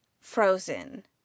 frozen